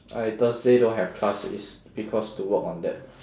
I thursday don't have class is because to work on that